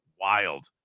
Wild